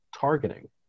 targeting